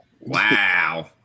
Wow